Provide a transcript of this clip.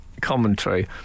commentary